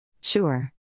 Sure